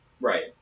Right